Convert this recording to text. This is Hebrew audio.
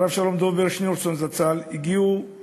הרב שלום דובער שניאורסון זצ"ל, הגיעו